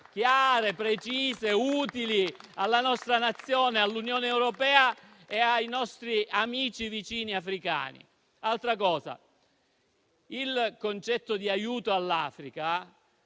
chiare, precise e utili alla nostra Nazione, all'Unione europea e ai nostri amici vicini africani. Il concetto di aiuto all'Africa,